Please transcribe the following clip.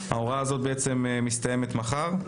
ההוראה הזאת בעצם מסתיימת מחר.